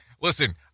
Listen